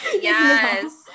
Yes